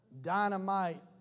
dynamite